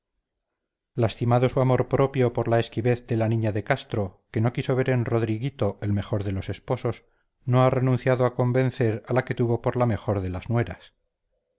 lastimado su amor propio por la esquivez de la niña de castro que no quiso ver en rodriguito el mejor de los esposos no ha renunciado a convencer a la que tuvo por la mejor de las nueras